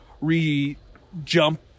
re-jump